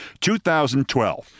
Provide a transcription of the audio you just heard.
2012